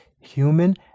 human